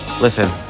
Listen